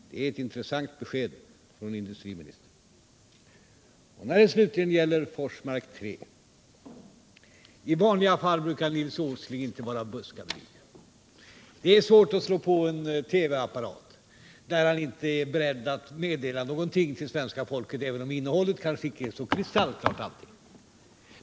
Det är ett intressant besked från en industriminister. Slutligen ett par ord om Forsmark 3. I vanliga fall brukar Nils Åsling inte vara buskablyg. Det är svårt att slå på en TV-apparat där han inte är beredd att meddela någonting till svenska folket, även om innehållet kanske inte alltid är så kristallklart.